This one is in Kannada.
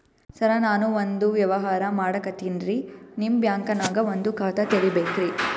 ಸರ ನಾನು ಒಂದು ವ್ಯವಹಾರ ಮಾಡಕತಿನ್ರಿ, ನಿಮ್ ಬ್ಯಾಂಕನಗ ಒಂದು ಖಾತ ತೆರಿಬೇಕ್ರಿ?